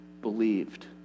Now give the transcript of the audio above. believed